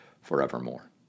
forevermore